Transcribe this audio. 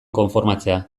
konformatzea